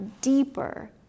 deeper